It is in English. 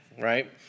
right